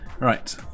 Right